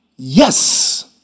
Yes